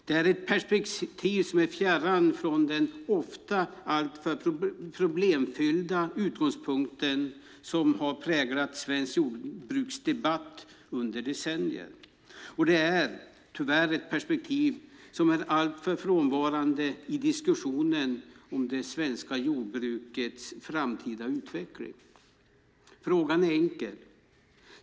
Det är ett perspektiv som är fjärran från den alltför ofta problemfyllda utgångspunkt som präglat svensk jordbruksdebatt under decennier. Det är tyvärr också ett perspektiv som är alltför frånvarande i diskussionen om det svenska jordbrukets framtida utveckling. Frågan är enkel.